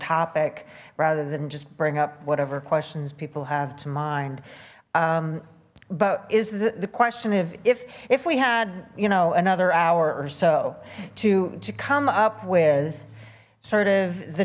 topic rather than just bring up whatever questions people have to mind but is the question of if if we had you know another hour or so to to come up with sort of the